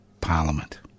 parliament